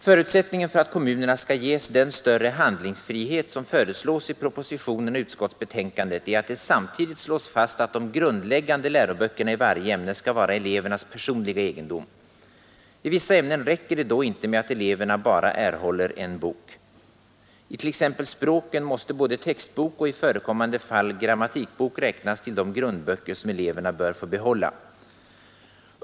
Förutsättningen för att kommunerna skall ges den större handlingsfrihet som föreslås i propositionen och utskottsbetänkandet är att det samtidigt slås fast att de grundläggande läroböckerna i varje ämne skall vara elevernas personliga egendom. I vissa ämnen räcker det då inte med att eleverna bara erhåller en bok. I t.ex. språken måste både textbok och — i förekommande fall — grammatikbok räknas till de grundböcker som eleverna bör få behålla.